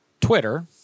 Twitter